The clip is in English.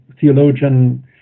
theologian